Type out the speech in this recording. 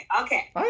Okay